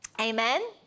amen